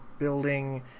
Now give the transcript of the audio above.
building